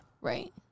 Right